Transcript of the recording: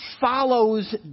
follows